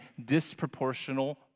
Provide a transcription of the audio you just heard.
disproportional